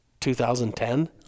2010